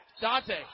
Dante